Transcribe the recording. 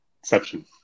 Exception